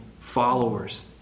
followers